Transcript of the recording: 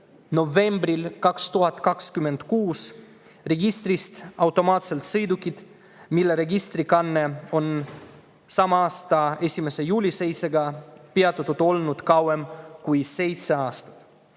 novembril 2026 registrist automaatselt sõidukid, mille registrikanne on sama aasta 1. juuli seisuga olnud peatatud kauem kui seitse aastat.